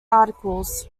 articles